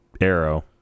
Arrow